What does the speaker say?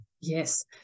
yes